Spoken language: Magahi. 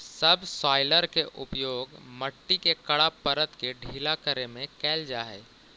सबसॉइलर के उपयोग मट्टी के कड़ा परत के ढीला करे में कैल जा हई